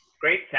great